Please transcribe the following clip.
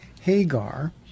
Hagar